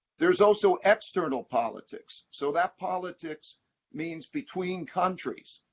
there's also external politics, so that politics means between countries.